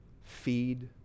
Feed